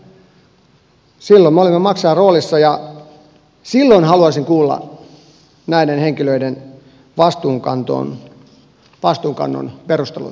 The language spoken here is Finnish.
silloin me olemme maksajan roolissa ja silloin haluaisin kuulla näiden henkilöiden vastuunkannon perusteluita